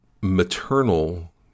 maternal